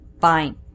fine